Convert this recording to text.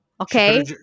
okay